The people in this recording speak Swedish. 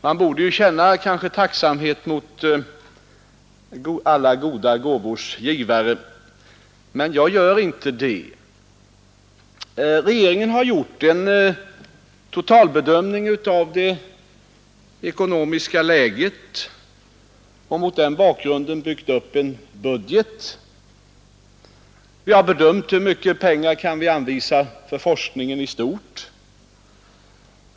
Man bör ju känna tacksamhet mot alla goda gåvors givare, men jag gör inte det. Regeringen har gjort en totalbedömning av det ekonomiska läget och mot den bakgrunden byggt upp en budget. Vi har bedömt hur mycket pengar vi kan anvisa till forskningen i stort.